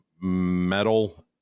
metal